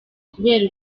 kubera